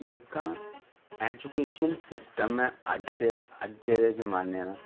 जेह्का education system ऐ अज्ज अज्जै दे जमानै दा